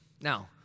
Now